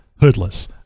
hoodless